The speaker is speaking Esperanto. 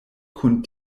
kun